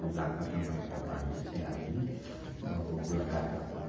पूजा खतम होइके बाद जे छै आदमी भभूत लगा कऽ अपन